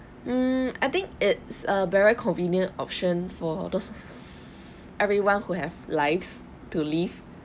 mm I think it's err very convenient option for those everyone who have lives to live